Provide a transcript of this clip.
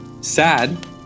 sad